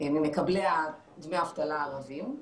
מקבלי דמי האבטלה הערבים.